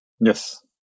Yes